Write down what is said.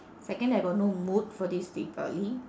second I got no mood for this deepavali